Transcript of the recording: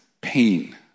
pain